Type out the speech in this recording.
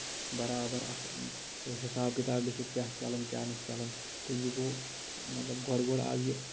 برابر اکھ حِساب کِتاب لٮ۪کھِتھ کیاہ چھُ چلان کیاہ نہٕ چھُ چلان تہٕ یہِ گوٚو مطلب گۄدٕ گۄڈٕ آو یہِ